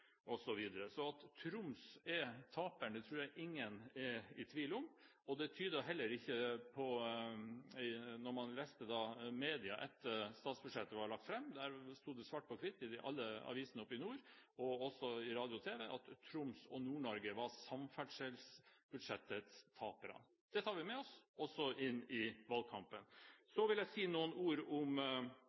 osv., så at Troms er taperen, tror jeg ingen er i tvil om. Det tydet det også på da man leste media etter at statsbudsjettet var lagt fram. Det sto svart på hvitt i alle aviser i nord, og ble også sagt i radio og TV, at Troms og Nord-Norge var samferdselsbudsjettets tapere. Det tar vi med oss, også inn i valgkampen.